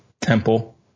Temple